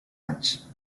anys